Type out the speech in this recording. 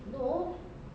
no